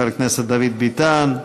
חבר הכנסת דוד ביטן,